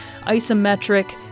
isometric